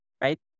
right